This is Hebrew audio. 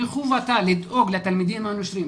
מחובתה לדאוג לתלמידים הנושרים.